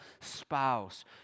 spouse